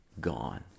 gone